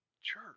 church